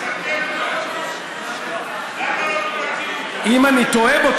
אם אני טועה בו,